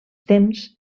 temps